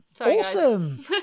Awesome